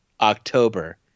October